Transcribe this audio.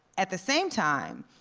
at the same time,